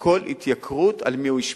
כל התייקרות על מי היא השפיעה,